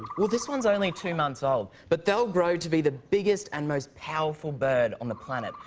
well, this one's only two months old. but they'll grow to be the biggest and most powerful bird on the planet.